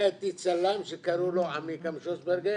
היה איתי צלם שקראו לו עמיקם שוסברגר,